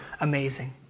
amazing